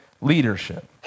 leadership